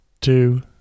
two